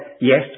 yes